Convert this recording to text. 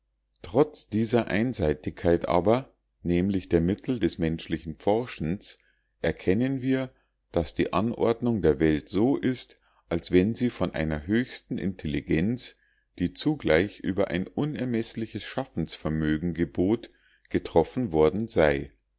trotz dieser einseitigkeit aber nämlich der mittel des menschlichen forschens erkennen wir daß die anordnung der welt so ist als wenn sie von einer höchsten intelligenz die zugleich über ein unermeßliches schaffensvermögen gebot getroffen worden sei